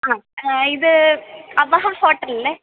ആ ഇത് അബഹാം ഹോട്ടലല്ലേ